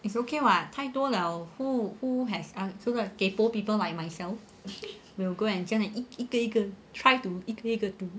it's okay [what] 太多 liao who who has a so called kaypoh people like myself will go and 真的一个一个 try to 一个一个读